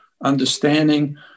understanding